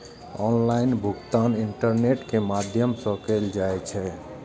online भुगतान internet के माध्यम सं कैल जाइ छै